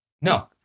No